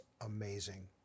amazing